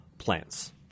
plants